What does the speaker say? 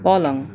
पलङ